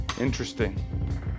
Interesting